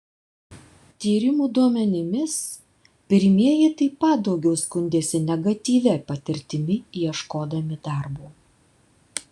tyrimų duomenimis pirmieji taip pat daugiau skundėsi negatyvia patirtimi ieškodami darbo